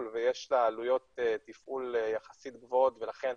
ויש לה עלויות תפעול יחסית גבוהות ולכן